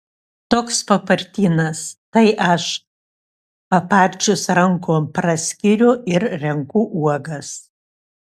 toks papartynas tai aš paparčius rankom praskiriu ir renku uogas